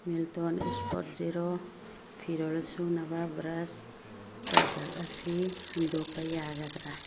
Milton ꯏꯁꯄꯣꯠ zero ꯐꯤꯔꯣꯜ ꯁꯨꯅꯕ ꯕ꯭ꯔꯁ ꯄ꯭ꯔꯗꯛ ꯑꯁꯤ ꯍꯟꯗꯣꯛꯄ ꯌꯥꯒꯗ꯭ꯔꯥ